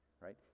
right